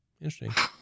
interesting